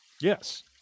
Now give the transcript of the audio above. Yes